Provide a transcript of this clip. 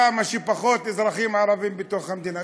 כמה שפחות אזרחים ערבים בתוך המדינה.